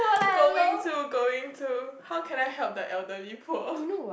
going to going to how can I help the elderly poor